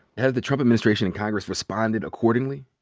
have the trump administration and congress responded accordingly?